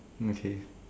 Mickey